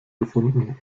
gefunden